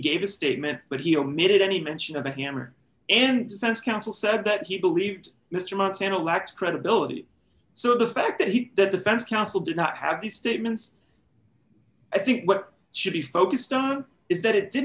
gave a statement but he omitted any mention of a hammer and offense counsel said that he believed mr montana lacked credibility so the fact that he the defense counsel did not have these statements i think what should be focused on is that it did